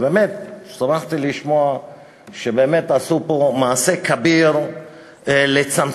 ובאמת שמחתי לשמוע שבאמת עשו פה מעשה כביר לצמצם